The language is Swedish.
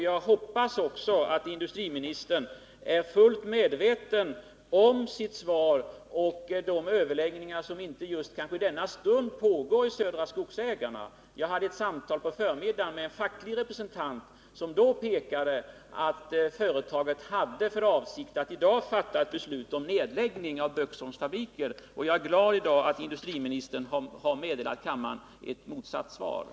Jag hoppas också att industriministern i sitt svar var medveten om de överläggningar som kanskejjust i denna stund pågår inom Södra Skogsägarna. Jag hade ett samtal på förmiddagen med en facklig representant, som då pekade på att företaget hade för avsikt att i dag fatta beslut om nedläggning av Böksholms fabriker. Jag är glad att industriministern i dag kunnat meddela kammaren en motsatt uppgift.